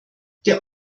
der